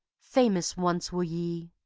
famous once were ye!